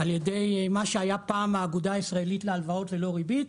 על ידי מה שהיה פעם האגודה הישראלית להלוואות ללא ריבית,